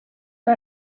que